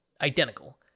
identical